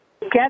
get